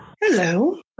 Hello